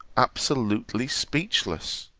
absolutely speechless.